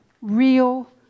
Real